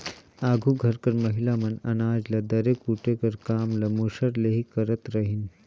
आघु घर कर महिला मन अनाज ल दरे कूटे कर काम ल मूसर ले ही करत रहिन